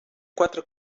quatre